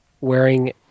wearing